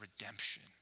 redemption